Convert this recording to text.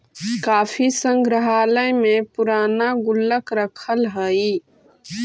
काफी संग्रहालय में पूराना गुल्लक रखल हइ